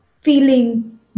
feeling